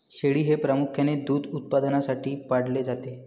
शेळी हे प्रामुख्याने दूध उत्पादनासाठी पाळले जाते